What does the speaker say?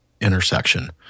intersection